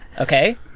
Okay